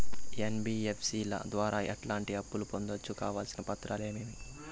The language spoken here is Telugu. ఎన్.బి.ఎఫ్.సి ల ద్వారా ఎట్లాంటి అప్పులు పొందొచ్చు? కావాల్సిన పత్రాలు ఏమేమి?